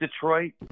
Detroit